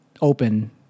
open